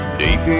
deep